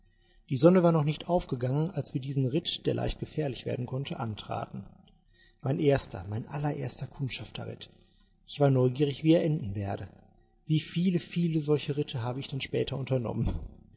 die sonne war noch nicht aufgegangen als wir diesen ritt der leicht gefährlich werden konnte antraten mein erster mein allererster kundschafterritt ich war neugierig wie er enden werde wie viele viele solche ritte habe ich dann später unternommen